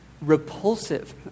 repulsive